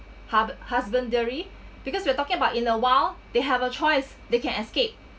hub~ husbandry because we're talking about in a while they have a choice they can escape